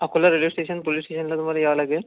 Akola railway station police स्टेशनला तुम्हाला यावं लागेल